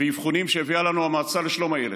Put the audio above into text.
באבחונים שהביאה לנו המועצה לשלום הילד,